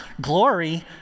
Glory